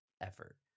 effort